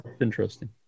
Interesting